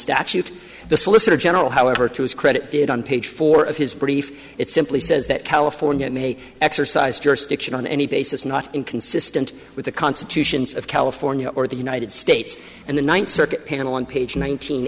statute the solicitor general however to his credit did on page four of his brief it simply says that california may exercise jurisdiction on any basis not inconsistent with the constitution of california or the united states and the ninth circuit panel on page nine